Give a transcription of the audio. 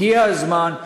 הגיע הזמן,